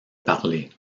parler